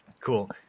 Cool